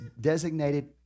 designated